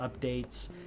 updates